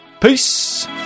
Peace